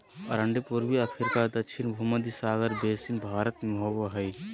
अरंडी पूर्वी अफ्रीका दक्षिण भुमध्य सागर बेसिन भारत में होबो हइ